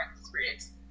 experience